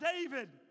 David